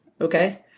okay